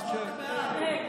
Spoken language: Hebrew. אז למה לא הצבעת בעד?